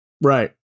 Right